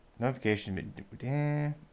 Notification